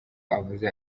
avuze